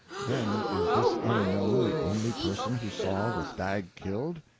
then is this unknown the only person who saw the stag killed?